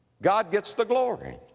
god gets the glory.